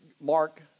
Mark